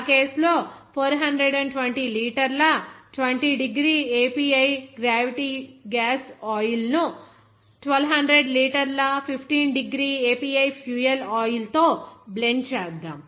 ఆ కేసు లో 420 లీటర్ల 20 degree API gravity gas oil ను 1200 లీటర్ల 15 డిగ్రీ API ఫ్యూయల్ ఆయిల్ తో బ్లెండ్ చేద్దాం